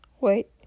Wait